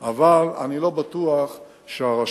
אבל אני לא בטוח שהרשות